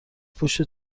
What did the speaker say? پشت